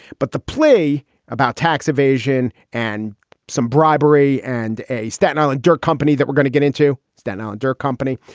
but the play about tax evasion and some bribery and a staten island dirt company that we're gonna get into. stan hollander company.